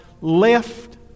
left